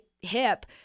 hip